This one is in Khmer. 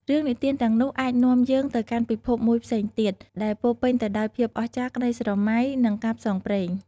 រឿងនិទានទាំងនោះអាចនាំយើងទៅកាន់ពិភពមួយផ្សេងទៀត ដែលពោរពេញទៅដោយភាពអស្ចារ្យ ក្ដីស្រមៃ និងការផ្សងព្រេង។